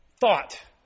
thought